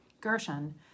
Gershon